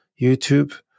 YouTube